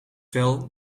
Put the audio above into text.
fel